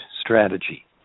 strategy